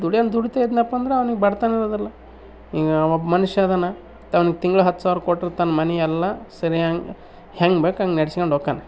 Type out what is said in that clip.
ದುಡಿಯೋನು ದುಡೀತಾ ಇದ್ನಪ್ಪ ಅಂದ್ರೆ ಅವನಿಗೆ ಬಡತನ ಇರೋದಿಲ್ಲ ಈಗ ಒಬ್ಬ ಮನುಷ್ಯ ಇದಾನೆ ಅವನಿಗೆ ತಿಂಗಳು ಹತ್ತು ಸಾವಿರ ಕೊಟ್ಟು ತನ್ನ ಮನೆ ಎಲ್ಲ ಸರಿಯಾಗಿ ಹೆಂಗೆ ಬೇಕೋ ಹಂಗೆ ನೆಡೆಸ್ಕೊಂಡು ಹೋಗ್ತಾನೆ